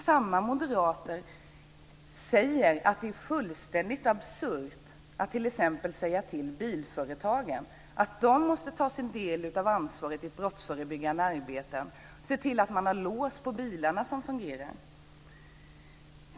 Samma moderater säger att det är fullständigt absurt att t.ex. säga till bilföretagen att de måste ta sin del av ansvaret i ett brottsförebyggande arbete och se till att de har lås på bilarna som fungerar.